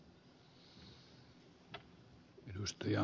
arvoisa puhemies